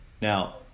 now